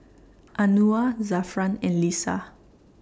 Anuar Zafran and Lisa